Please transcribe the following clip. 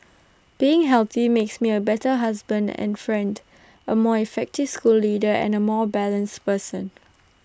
being healthy makes me A better husband and friend A more effective school leader and A more balanced person